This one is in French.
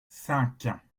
cinq